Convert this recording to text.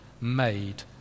made